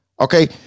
okay